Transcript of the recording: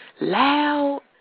loud